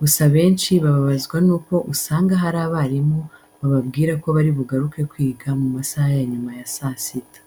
Gusa abenshi bababazwa nuko usanga hari abarimu bababwira ko bari bugaruke kwiga mu masaha ya nyuma ya saa sita.